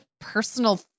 personal